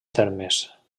termes